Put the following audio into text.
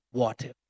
water